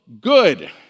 good